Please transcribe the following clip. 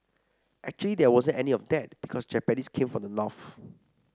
actually there wasn't any of that because the Japanese came from the north